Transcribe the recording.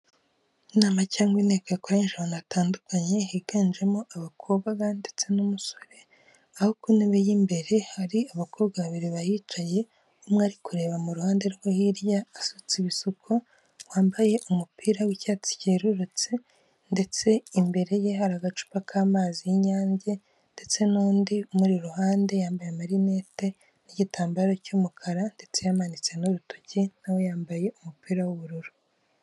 Inama cyangwa inteko yakoranyije abantu batandukanye higanjemo abakobwa ndetse n'umusore aho ku ntebe y'imbere hari abakobwa babiri bahicaye umwe ari kureba mu ruhande rwe hirya ,asutse ibisuko wambaye umupira w'icyatsi cyerurutse ndetse imbere ye hari agacupa k'amazi y'inyange ndetse n'undi muri iruhande yambaye marinette n'igitambaro cy'umukara ndetse yamanitse n'urutoki nawe yambaye umupira w'ubururu.